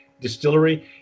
distillery